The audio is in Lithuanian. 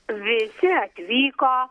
visi atvyko